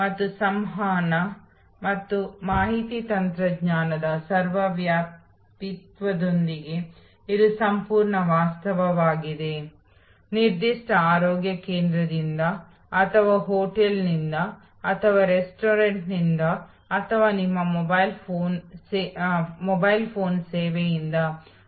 ಆದ್ದರಿಂದ ಈ ರೇಖಾಚಿತ್ರವನ್ನು ಪೂರ್ಣಗೊಳಿಸಲು ಇದು ಗ್ರಾಹಕರಿಂದ ಪ್ರಾರಂಭವಾಗುವ ಮತ್ತು ಗ್ರಾಹಕರೊಂದಿಗೆ ಕೊನೆಗೊಳ್ಳುವ ಒಟ್ಟಾರೆ ಸೇವಾ ವಿತರಣಾ ಪ್ರಕ್ರಿಯೆಯಾಗಿದೆ